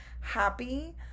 happy-